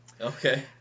Okay